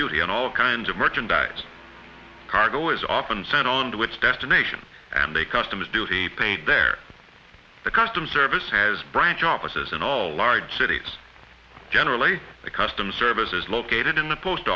duty and all kinds of merchandise cargo is often sent on to its destination and a customs duty paid there the customs service has branch offices in all large cities generally the customs service is located in the post